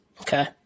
Okay